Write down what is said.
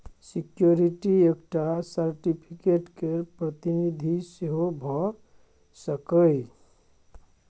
security एकटा certificate केर प्रतिनिधि सेहो भ सकैए